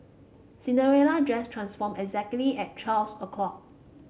Cinderella dress transformed exactly at twelve o'clock